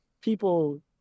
people